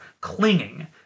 clinging